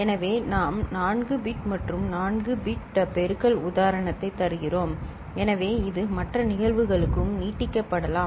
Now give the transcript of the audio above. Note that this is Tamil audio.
எனவே நாம் 4 பிட் மற்றும் 4 பிட் பெருக்கல் உதாரணத்தை தருகிறோம் எனவே இது மற்ற நிகழ்வுகளுக்கும் நீட்டிக்கப்படலாம்